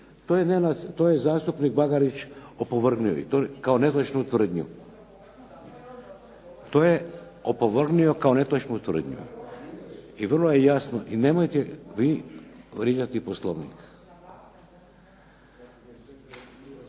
To je zastupnik Bagarić opovrgnuo kao netočnu tvrdnju. To je opovrgnuo kao netočnu tvrdnju. I vrlo je jasno. I nemojte vi vrijeđati Poslovnik.